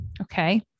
Okay